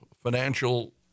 financial